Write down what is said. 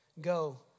go